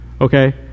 okay